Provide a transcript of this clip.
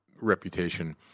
reputation